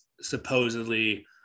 supposedly